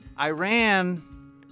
Iran